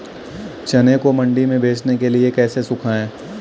चने को मंडी में बेचने के लिए कैसे सुखाएँ?